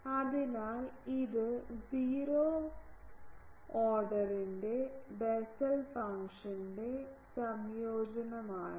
അതിനാൽ ഇത് സീറോ ഓർഡറിൻറെ ബെസെൽ ഫംഗ്ഷന്റെ സംയോജനമാണ്